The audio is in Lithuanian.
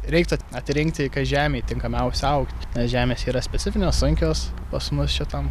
reiktų atrinkti kas žemėj tinkamiausia augt nes žemės yra specifinios sunkios pas mus šitam